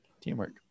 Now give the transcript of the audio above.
teamwork